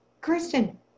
Kristen